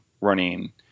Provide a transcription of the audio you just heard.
running